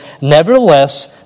Nevertheless